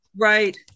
Right